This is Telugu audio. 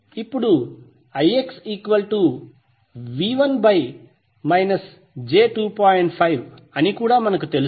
ఇప్పుడు అని మనకు కూడా తెలుసు